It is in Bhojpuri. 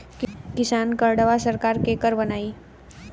किसान कार्डवा सरकार केकर बनाई?